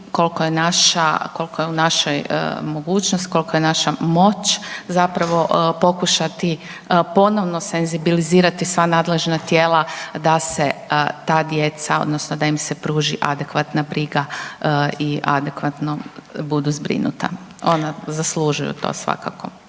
koliko je u našoj mogućnosti, kolika je naša moć zapravo pokušati ponovno senzibilizirati sva nadležna tijela da se ta djeca odnosno da im se pruži adekvatna briga i adekvatno budu zbrinuta. Ona zaslužuju to svakako.